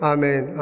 Amen